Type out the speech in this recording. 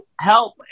help